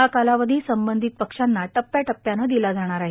हा कालावधी संबंधित पक्षांना टप्प्याटप्प्यानं दिला जाणार आहे